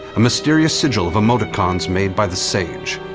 a mysterious sigil of emoticons made by the sage,